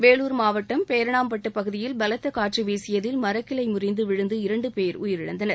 வேலூர் மாவட்டம் பேரணாம்பட்டு பகுதியில் பலத்த காற்று வீசியதில் மரக்கிளை முறிந்து விழுந்து இரண்டு பேர் உயிரிழந்தனர்